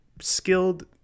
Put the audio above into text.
skilled